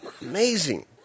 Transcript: Amazing